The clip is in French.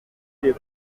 des